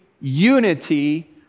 unity